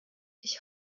ich